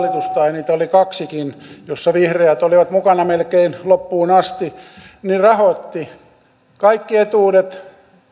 niitä oli kaksikin jossa vihreät olivat mukana melkein loppuun asti rahoitti kaikki etuudet